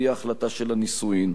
והיא ההחלטה של הנישואים.